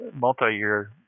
multi-year